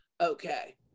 Okay